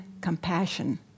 compassion